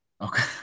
Okay